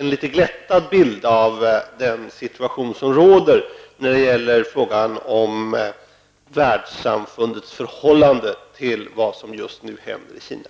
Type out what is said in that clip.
en litet glättad bild av den situation som råder när det gäller frågan om världssamfundets förhållande till vad som nu händer i Kina.